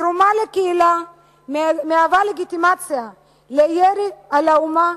התרומה לקהילה מהווה לגיטימציה לירי על האומה.